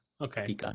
Okay